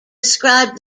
described